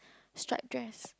striped dress